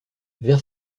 vers